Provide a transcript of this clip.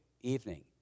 evening